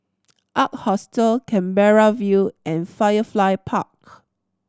Ark Hostel Canberra View and Firefly Park